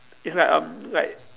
it's like um like